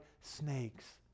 snakes